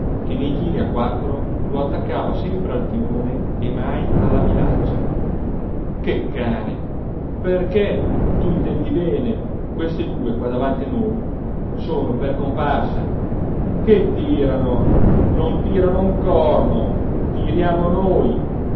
che nei tiri a quattro lo attaccava sempre al timone e mai alla bilancia che cane perché tu intendi bene questi due qua davanti a noi sono per comparsa che tirano non tirano un corno tiriamo noi